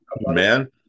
man